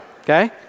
okay